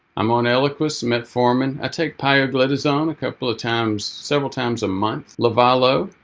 i'm on eliquis, metformin, i take pioglitazone a couple of times several times a month, livalo.